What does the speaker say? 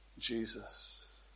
Jesus